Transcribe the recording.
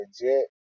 legit